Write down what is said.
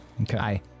Okay